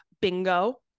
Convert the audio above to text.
bingo-